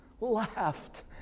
laughed